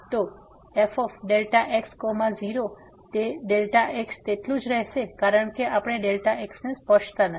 તો f Δx0 તેથી Δx તેટલું જ રહેશે કારણ કે આપણે Δx ને સ્પર્શતા નથી